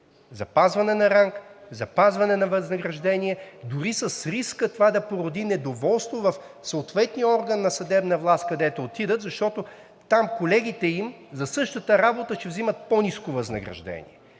запазване на ранг, запазване на възнаграждение, дори с риска това да породи недоволство в съответния орган на съдебна власт, където отидат, защото там колегите им за същата работа ще взимат по-ниско възнаграждение?